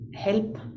help